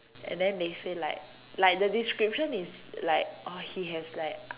and then they say like like the description is like oh he has like